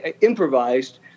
improvised